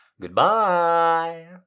Goodbye